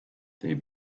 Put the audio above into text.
they